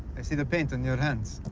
i see the paint on your hands.